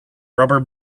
rubber